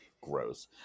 Gross